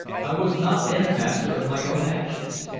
i was not then master of my own actions.